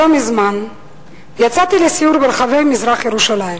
לא מזמן יצאתי לסיור ברחבי מזרח-ירושלים,